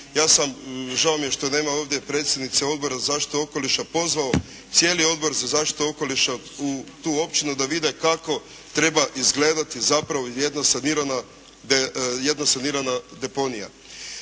Ja sam, žao mi je što nema ovdje predsjednice Odbora za zaštitu okoliša, pozvao cijeli Odbor za zaštitu okoliša u tu općinu, da vide kako treba izgledati zapravo jedna sanirana deponija.